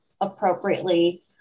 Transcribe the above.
appropriately